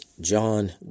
John